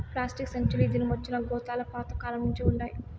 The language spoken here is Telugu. ప్లాస్టిక్ సంచీలు ఈ దినమొచ్చినా గోతాలు పాత కాలంనుంచే వుండాయి